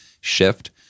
shift